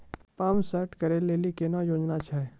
Pump set केलेली कोनो योजना छ?